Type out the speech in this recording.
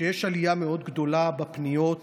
שיש עלייה מאוד גדולה בפניות,